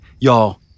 y'all